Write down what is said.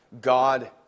God